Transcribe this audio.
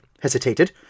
hesitated